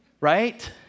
right